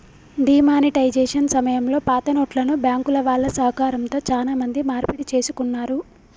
D monetisation సమయంలో పాతనోట్లను బ్యాంకుల వాళ్ళ సహకారంతో చానా మంది మార్పిడి చేసుకున్నారు